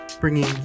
bringing